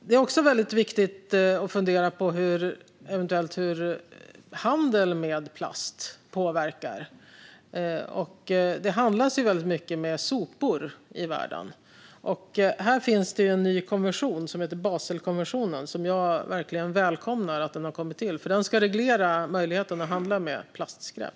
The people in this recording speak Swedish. Det är viktigt att fundera över hur handel med plast eventuellt påverkar. Det handlas mycket med sopor i världen. Här finns en ny konvention som heter Baselkonventionen. Jag välkomnar verkligen att den har kommit till, för den ska reglera möjligheten att handla med just plastskräp.